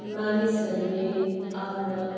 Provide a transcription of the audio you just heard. मानिसहरूले आफ्ना